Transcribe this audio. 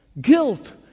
guilt